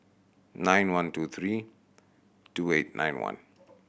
nine one two three two eight nine one